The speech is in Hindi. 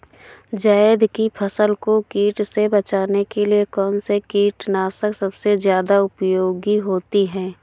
जायद की फसल को कीट से बचाने के लिए कौन से कीटनाशक सबसे ज्यादा उपयोगी होती है?